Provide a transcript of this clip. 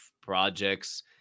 projects